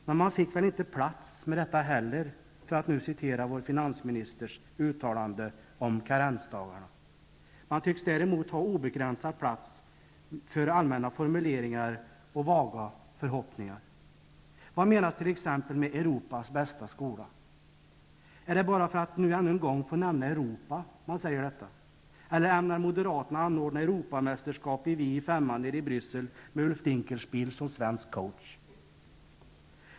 Men man fick väl inte plats med detta heller, för att nu anknyta till vår finansministers uttalande om karensdagarna. Man tycks däremot ha obegränsat med plats för allmänna formuleringar och vaga förhoppningar. Vad menas t.ex. med Europas bästa skola? Säger man detta bara för att ännu en gång få nämna Europa? Eller ämnar moderaterna anordna Europamästerskap i Vi i femman nere i Bryssel med Ulf Dinkelspiel som svensk coach?